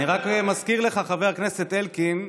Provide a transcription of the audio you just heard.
אני רק מזכיר לך, חבר הכנסת אלקין,